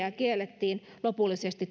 ja kiellettiin lopullisesti